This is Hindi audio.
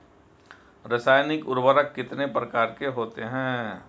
रासायनिक उर्वरक कितने प्रकार के होते हैं?